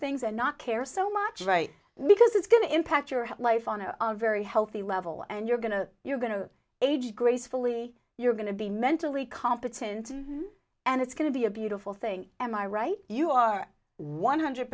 things and not care so much right because it's going to impact your life on a very healthy level and you're going to you're going to age gracefully you're going to be mentally competent and it's going to be a beautiful thing am i right you are one hundred